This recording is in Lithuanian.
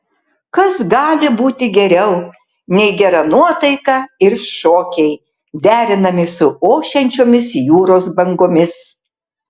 kas gali būti geriau nei gera nuotaika ir šokiai derinami su ošiančiomis jūros bangomis